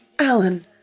Alan